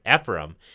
Ephraim